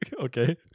Okay